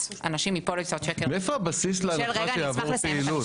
אנשים מפוליסות של --- מאיפה הבסיס להנחה שתעבור הפעילות?